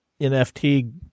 NFT